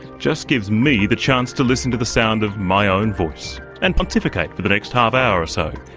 just gives me the chance to listen to the sound of my own voice and pontificate for the next half hour or so.